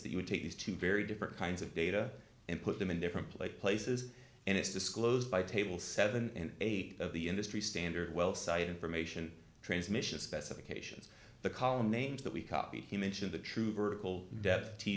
that you would take these two very different kinds of data and put them in different play places and it's disclosed by table seven and eight of the industry standard well site information transmission specifications the column names that we copied to mention the true vertical de